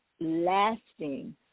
lasting